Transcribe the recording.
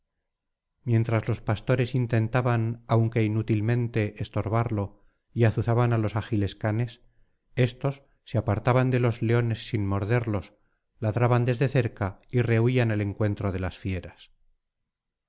mientras los pastores intentaban aunque inútilmente estorbarlo y azuzaban á los ágiles canes éstos se apartaban de los leones sin morderle ladraban desde cerca y rehuían el encuentro de las fieras